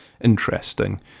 interesting